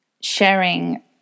sharing